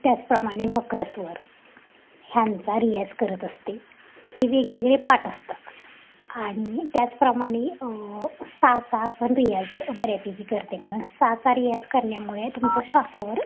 त्याचप्रमाणे वक्र स्वर ह्यांचा रियाज करत असते हे वेगवेगळे पाठ असतात आणि त्याचप्रमाणे सा चा पण रियाज बऱ्यापैकी करते कारण सा चा रियाज करण्यामुळे तुमच्या श्वासावर